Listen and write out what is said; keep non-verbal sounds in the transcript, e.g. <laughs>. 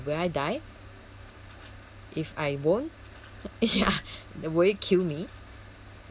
will I die if I won't ya <laughs> will it kill me